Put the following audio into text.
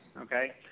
Okay